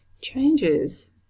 changes